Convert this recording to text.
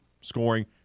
scoring